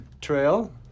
trail